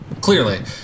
Clearly